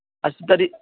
अस्तु तर्हि